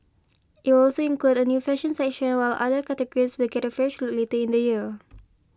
it will also include a new fashion section while other categories will get a fresh later in the year